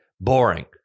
Boring